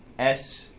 s,